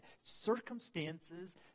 Circumstances